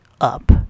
up